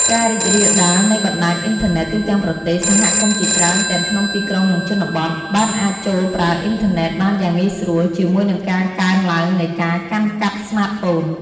ការរីករាលដាលនៃបណ្ដាញអ៊ីនធឺណេតទូទាំងប្រទេស សហគមន៍ជាច្រើនទាំងក្នុងទីក្រុង និងជនបទ បានអាចចូលប្រើអ៊ីនធឺណេតបានយ៉ាងងាយស្រួល ជាមួយនឹងការកើនឡើងនៃការកាន់កាប់ស្មាតហ្វូន។